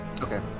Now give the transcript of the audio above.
Okay